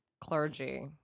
Clergy